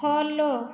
follow